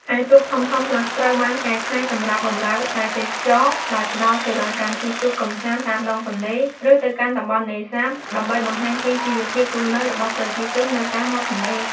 ឯទូកធំៗខ្លះត្រូវបានកែច្នៃសម្រាប់បម្រើវិស័យទេសចរណ៍ ដោយផ្តល់សេវាកម្មជិះទូកកម្សាន្តតាមដងទន្លេ ឬទៅកាន់តំបន់នេសាទ ដើម្បីបង្ហាញពីជីវភាពរស់របស់ប្រជាជននៅតាមមាត់ទន្លេ។